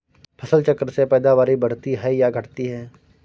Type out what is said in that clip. फसल चक्र से पैदावारी बढ़ती है या घटती है?